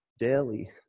daily